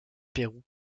pérou